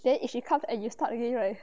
then if she comes and you start again right